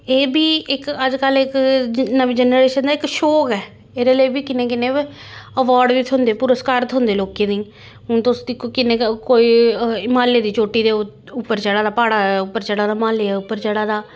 एह् बी इक अज्जकल इक नमीं जनरेशन दा इक शौंक ऐ एह्दे लेई बी किन्ने किन्ने अवार्ड बी थ्होंदे पुरस्कार थ्होंदे लोकें गी हून तुस दिक्खो किन्ने कोई हिमालय दी चोटी दे उप्पर चढ़ा दा प्हाड़ा उप्पर चढ़ा दा हिमालय उप्पर चढ़ा दा